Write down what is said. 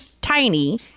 tiny